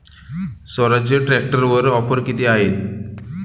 स्वराज्य ट्रॅक्टरवर ऑफर किती आहे?